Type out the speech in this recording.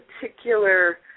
particular